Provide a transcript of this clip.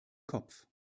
kopf